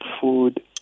Food